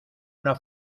una